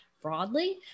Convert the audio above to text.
Broadly